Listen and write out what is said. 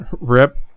rip